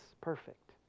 perfect